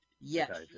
Yes